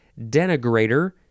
denigrator